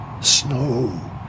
snow